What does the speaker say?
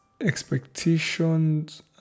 expectations